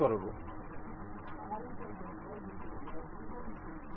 এটি 90 mm 90 degree তাই click করুন